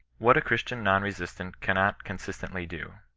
what a cheistian non-resistant cannot con sistently do.